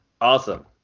Awesome